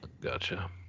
Gotcha